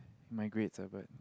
my grades lah but